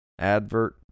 advert